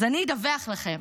אז אני אדווח לכם